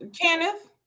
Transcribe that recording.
Kenneth